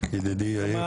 ידידי יאיר.